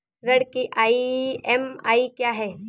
ऋण की ई.एम.आई क्या है?